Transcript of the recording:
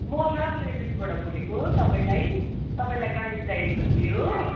म ट्राभल एजेन्टबाट बोलेको तपाईँलाई तपाईँलाई गाडी चाहिएको थियो